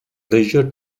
leisure